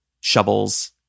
shovels